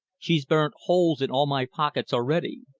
she's burnt holes in all my pockets already!